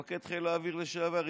מפקד חיל האוויר לשעבר,